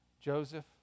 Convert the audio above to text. Joseph